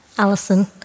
Alison